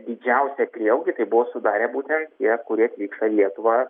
didžiausią prieaugį tai buvo sudarė būtent tie kurie atvyksta į lietuvą